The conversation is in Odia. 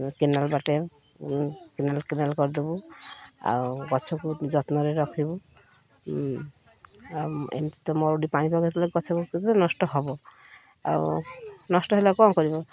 କେନାଲ ବାଟେ କେନାଲ କେନାଲ କରିଦେବୁ ଆଉ ଗଛକୁ ଯତ୍ନରେ ରଖିବୁ ଆଉ ଏମିତି ତ ମୋର ପାଣି ପକେଇଲେ ଗଛ ନଷ୍ଟ ହବ ଆଉ ନଷ୍ଟ ହେଲା କ'ଣ କରିବ